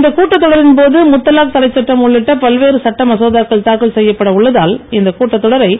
இந்த கூட்டத் தொடரின்போது முத்தலாக் தடை சட்டம் உள்ளிட்ட பல்வேறு சட்ட மசோதாக்கள் தாக்கல் செய்யப்பட உள்ளதால் இந்த கூட்டத் தொடரை